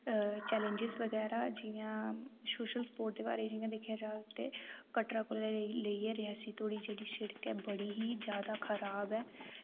challenges बगैरा जि'यां social sport दे बारे जि'यां दिक्खेआ जा ते कटरा कोला लेइयै रियासी धोड़ी जेह्ड़ी शिड़क ऐ बड़ी ही ज्यादा खराब ऐ